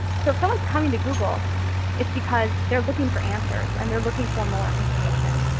so if someone's coming to google it's because they're looking for answers and they're looking for more information.